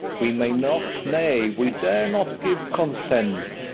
we may not, nay, we dare not give consent,